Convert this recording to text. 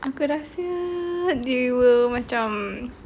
aku rasa they will macam